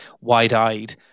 wide-eyed